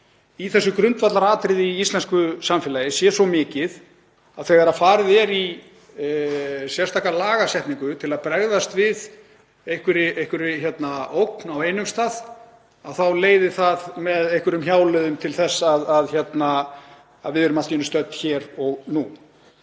í þessu grundvallaratriði í íslensku samfélagi sé svo mikið að þegar farið er í sérstaka lagasetningu til að bregðast við einhverri ógn á einum stað þá leiði það með einhverjum hjáleiðum til þess að við erum allt í einu stödd hér og nú.